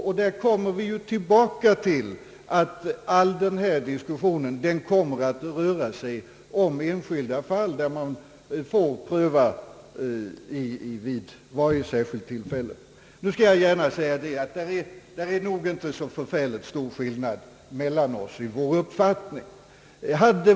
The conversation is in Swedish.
Och då kommer vi ju tillbaka till att hela denna diskussion kommer att röra sig om enskilda fall, som får prövas vid varje särskilt tillfälle. Jag skall gärna säga att det inte råder så stor skillnad mellan våra uppfattningar.